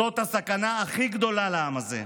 זאת הסכנה הכי גדולה לעם הזה.